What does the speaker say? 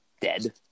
dead